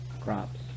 crops